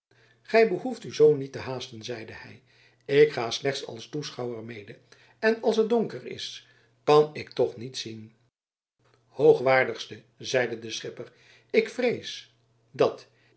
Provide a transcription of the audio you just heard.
gij behoeft u zoo niet te haasten zeide hij ik ga slechts als toeschouwer mede en als het donker is kan ik toch niets zien hoogwaardigste zeide de schipper ik vrees dat